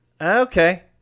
Okay